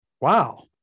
Wow